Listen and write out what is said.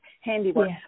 handiwork